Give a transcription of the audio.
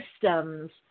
systems